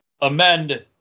amend